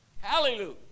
hallelujah